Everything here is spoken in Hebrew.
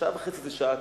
שעה וחצי, זו שעה אקדמית,